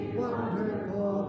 wonderful